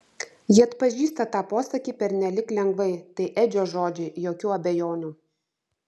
ji atpažįsta tą posakį pernelyg lengvai tai edžio žodžiai jokių abejonių